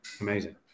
amazing